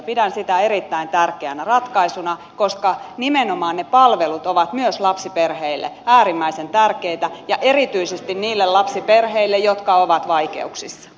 pidän sitä erittäin tärkeänä ratkaisuna koska nimenomaan ne palvelut ovat myös lapsiperheille äärimmäisen tärkeitä ja erityisesti niille lapsiperheille jotka ovat vaikeuksissa